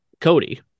Cody